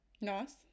Nice